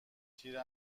تیر